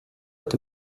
est